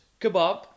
kebab